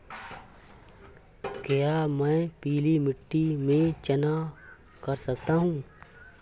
क्या मैं पीली मिट्टी में चना कर सकता हूँ?